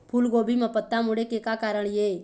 फूलगोभी म पत्ता मुड़े के का कारण ये?